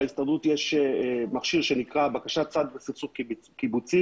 להסתדרות יש מכשיר שנקרא בקשת צד בסכסוך קיבוצי